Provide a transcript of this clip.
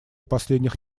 последних